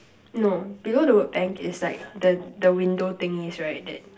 no below the word bank is like the the window thingies right that